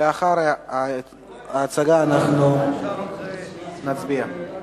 לאחר הצגת ההחלטה אנחנו נצביע.